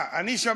לא אמרתי את זה.